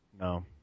No